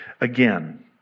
Again